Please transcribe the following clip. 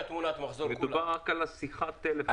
מדובר רק על שיחת טלפון,